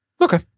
Okay